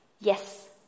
Yes